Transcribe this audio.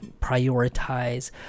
prioritize